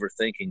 overthinking